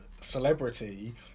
celebrity